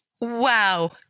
Wow